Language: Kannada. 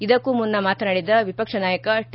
ಇದಕ್ಕೂ ಮುನ್ನ ಮಾತನಾಡಿದ ವಿಪಕ್ಷ ನಾಯಕ ಟಿ